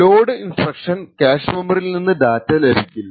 load ഇൻസ്ട്രക്ഷന് cache മെമ്മറിയിൽ നിന്ന് ഡാറ്റ ലഭിക്കില്ല